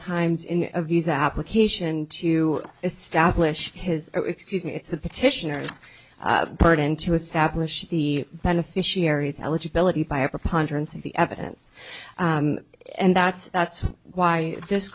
times in a visa application to establish his excuse me it's the petitioners burden to establish the beneficiaries eligibility by a preponderance of the evidence and that's that's why this